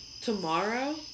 Tomorrow